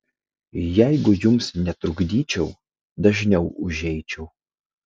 jeigu jums netrukdyčiau dažniau užeičiau